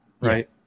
right